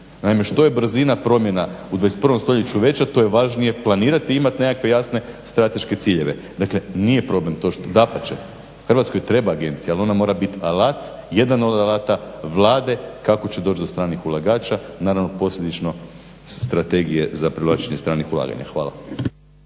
Naime, što je brzina promjena u 21. stoljeću veća to je važnije planirati i imati nekakve jasne strateške ciljeve. Dakle, nije problem to što, dapače Hrvatskoj treba agencija ali ona mora biti alat, jedan od alata Vlade kako će doći do stranih ulagača naravno posljedično strategije za privlačenje stranih ulaganja. Hvala.